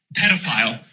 pedophile